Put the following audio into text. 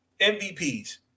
MVPs